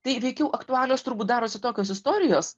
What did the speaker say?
tai veikiau aktualios turbūt darosi tokios istorijos